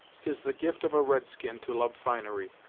tis the gift of a red-skin to love finery,